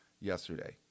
yesterday